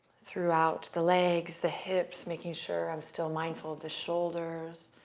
throughout the legs, the hips, making sure i'm still mindful of the shoulders.